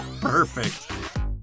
Perfect